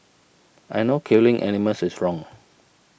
I know killing animals is wrong